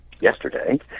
yesterday